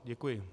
Děkuji.